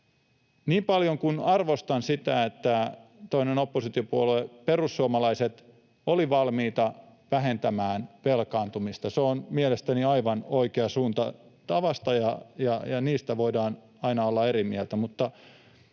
Niin paljon kuin arvostan sitä, että toinen oppositiopuolue, perussuomalaiset, oli valmis vähentämään velkaantumista — se on mielestäni aivan oikea suunta, tavasta ja niistä voidaan aina olla eri mieltä